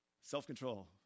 Self-control